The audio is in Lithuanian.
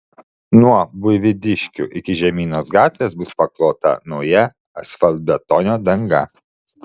nuo buivydiškių iki žemynos gatvės bus paklota nauja asfaltbetonio danga